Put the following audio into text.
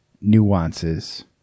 nuances